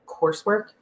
coursework